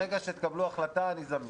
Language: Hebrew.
ברגע שתקבלו החלטה, אני זמין.